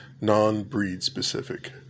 Non-breed-specific